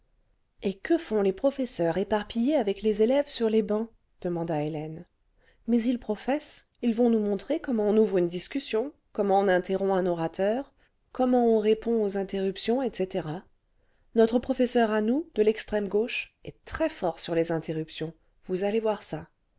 et que fout les professeurs éparpillés avec les élèves sur les bancs demanda hélène mais ils professent ils vont nous montrer comment on ouvre une discussion comment on interrompt un orateur comment on répond aux interruptions etc notre professeur à nous de l'extrême gauche est très fort sur les interruptions vous allez voir ça